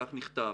כך נכתב: